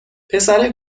پسره